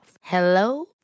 Hello